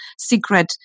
secret